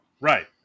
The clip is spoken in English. Right